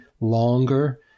longer